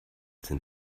sind